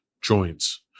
joints